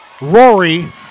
Rory